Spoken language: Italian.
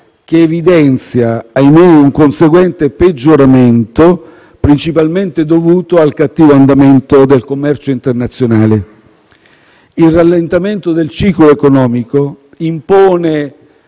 che evidenzia, ahimè, un conseguente peggioramento, principalmente dovuto al cattivo andamento del commercio internazionale. Il rallentamento del ciclo economico impone